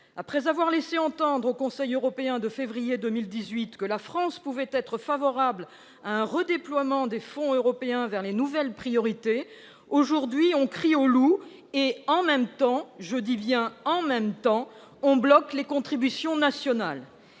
Après avoir laissé entendre, au Conseil européen de février 2018, que la France pouvait être favorable à un redéploiement des fonds européens vers les nouvelles priorités, aujourd'hui on crie au loup et, en même temps- je dis bien « en même temps »-, on bloque les contributions nationales.